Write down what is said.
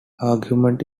argument